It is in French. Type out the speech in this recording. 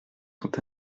sont